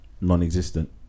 non-existent